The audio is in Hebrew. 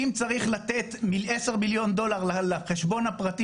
אם צריך לתת עשרה מיליון דולר לחשבון הפרטי